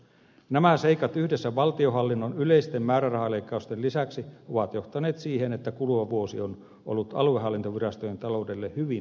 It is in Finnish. nämä seikat yhdessä valtionhallinnon yleisten määrärahaleikkausten lisäksi ovat johtaneet siihen että kulunut vuosi on ollut aluehallintovirastojen taloudelle hyvin haasteellinen